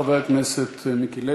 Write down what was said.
חבר הכנסת מיקי לוי,